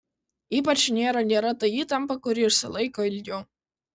ypač nėra gera ta įtampa kuri užsilaiko ilgiau